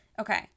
Okay